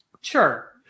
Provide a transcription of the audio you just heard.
Sure